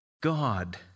God